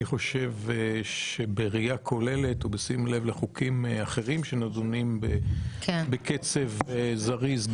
אני חושב שבראייה כוללת ובשים לב לחוקים אחרים שנדונים בקצב זריז,